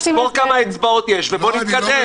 תספור כמה אצבעות יש ובוא נתקדם.